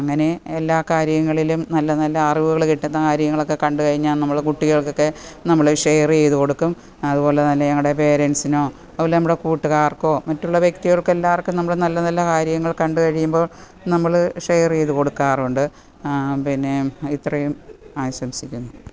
അങ്ങനെ എല്ലാ കാര്യങ്ങളിലും നല്ല നല്ല അറിവുകൾ കിട്ടുന്ന കാര്യങ്ങളൊക്കെ കണ്ടുകഴിഞ്ഞാൽ നമ്മൾ കുട്ടികൾക്കൊക്കെ നമ്മൾ ഷെയർ ചെയ്ത് കൊടുക്കും അതുപോലെത്തന്നെ ഞങ്ങളുടെ പേരൻസിനോ അതുപോലെ നമ്മുടെ കൂട്ടുക്കാർക്കോ മറ്റുള്ള വ്യക്തികൾക്കെല്ലാവർക്കും നമ്മൾ നല്ല നല്ല കാര്യങ്ങൾ കണ്ടുകഴിയുമ്പോൾ നമ്മൾ ഷെയർ ചെയ്ത് കൊടുക്കാറുണ്ട് പിന്നെ ഇത്രയും ആശംസിക്കുന്നു